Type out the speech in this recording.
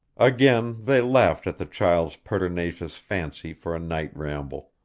again they laughed at the child's pertinacious fancy for a night ramble.